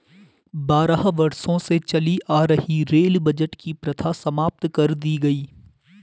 बारह वर्षों से चली आ रही रेल बजट की प्रथा समाप्त कर दी गयी